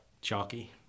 chalky